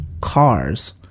cars